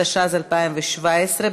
התשע"ז 2017,